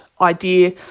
idea